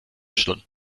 stunden